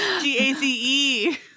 G-A-C-E